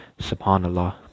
SubhanAllah